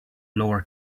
lower